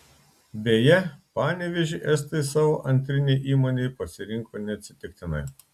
beje panevėžį estai savo antrinei įmonei pasirinko neatsitiktinai